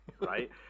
right